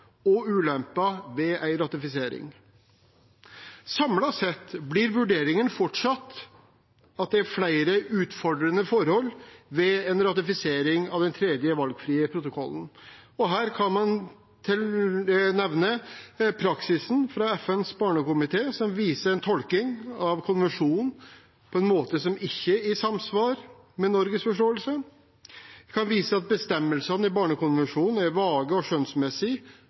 og ulemper ved en ratifisering. Samlet sett blir vurderingen fortsatt at det er flere utfordrende forhold ved en ratifisering av den tredje valgfrie protokollen. Her kan man nevne praksisen fra FNs barnekomité, som viser en tolkning av konvensjonen på en måte som ikke er i samsvar med Norges forståelse. Man kan vise til at bestemmelsene i barnekonvensjonen er vage og